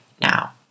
now